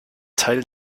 teil